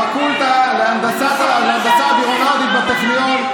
הפקולטה להנדסה אווירונאוטית בטכניון,